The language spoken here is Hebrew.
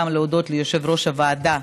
להודות ליושב-ראש הוועדה,